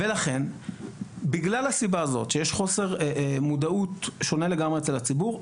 לכן בגלל הסיבה הזאת שיש חוסר מודעות שונה לגמרי אצל הציבור,